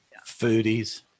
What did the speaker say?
Foodies